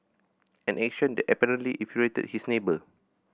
an action that apparently infuriated his neighbour